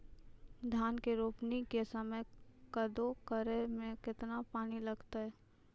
धान के रोपणी के समय कदौ करै मे केतना पानी लागतै?